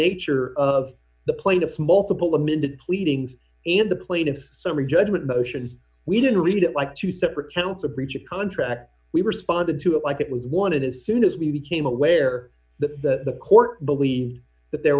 nature of the plaintiff's multiple amended pleadings and the plaintiff's summary judgment motions we didn't read it like two separate counts of breach of contract we responded to it like it was one and as soon as we became aware that the court believed that there